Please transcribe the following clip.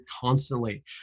constantly